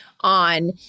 on